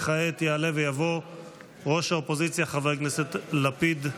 כעת יעלה ויבוא ראש האופוזיציה חבר הכנסת לפיד.